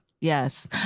Yes